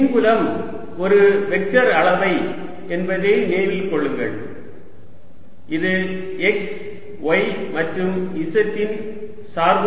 மின்புலம் ஒரு வெக்டர் அளவை என்பதை நினைவில் கொள்ளுங்கள் இது x y மற்றும் z இன் சார்பு